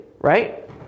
right